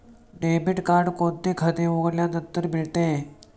Debit card कोणते खाते उघडल्यानंतर मिळते?